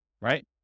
right